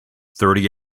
thirty